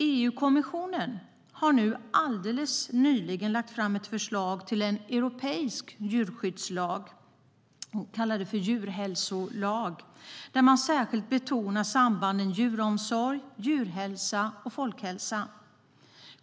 EU-kommissionen har alldeles nyligen lagt fram ett förslag till en europeisk djurskyddslag, en så kallad djurhälsolag, där man särskilt betonar sambandet mellan djuromsorg, djurhälsa och folkhälsa.